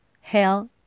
hell